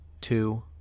two